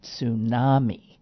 tsunami